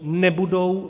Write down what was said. Nebudou.